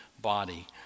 body